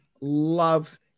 Love